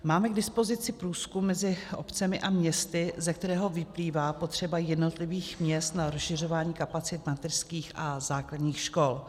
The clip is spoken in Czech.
Máme k dispozici průzkum mezi obcemi a městy, ze kterého vyplývá potřeba jednotlivých měst na rozšiřování kapacit mateřských a základních škol.